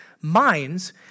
minds